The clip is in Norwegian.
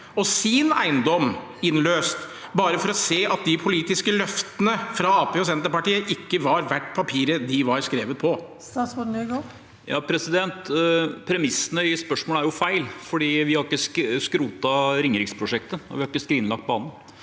og sin eiendom innløst, bare for å se at de politiske løftene fra Arbeiderpartiet og Senterpartiet ikke var verdt papiret de var skrevet på? Statsråd Jon-Ivar Nygård Premissene i spørsmålet er jo feil, for vi har ikke skrotet Ringeriksprosjektet, og vi har ikke skrinlagt banen.